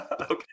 Okay